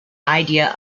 idea